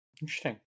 Interesting